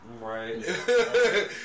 Right